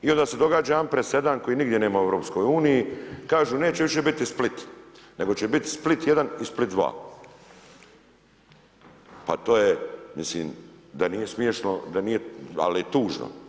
I onda se događa jedan presedan kojeg nigdje nema u EU, kažu neće više biti Split, nego će biti Split 1 i Split 2. Pa to je, mislim da nije smiješno, ali je tuno.